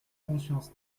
conscience